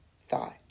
thought